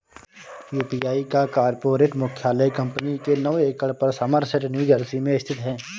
UPI का corporate मुख्यालय company के नौ एकड़ पर समरसेट न्यू जर्सी में स्थित है